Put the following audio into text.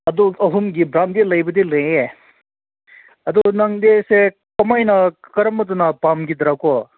ꯑꯗꯨ ꯑꯍꯨꯝꯒꯤ ꯕ꯭ꯔꯥꯟꯗꯤ ꯂꯩꯕꯨꯗꯤ ꯂꯩꯌꯦ ꯑꯗꯨ ꯅꯪꯗꯤ ꯁꯦ ꯀꯃꯥꯏꯅ ꯀꯔꯝꯕꯗꯅ ꯄꯥꯝꯒꯗ꯭ꯔꯀꯣ